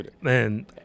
man